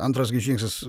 antras gi žingsnis